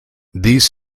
these